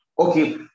Okay